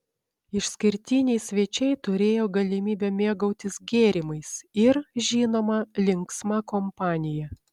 išskirtiniai svečiai turėjo galimybę mėgautis gėrimais ir žinoma linksma kompanija